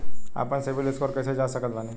आपन सीबील स्कोर कैसे जांच सकत बानी?